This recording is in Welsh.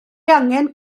angen